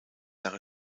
jahre